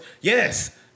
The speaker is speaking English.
Yes